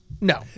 No